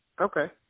Okay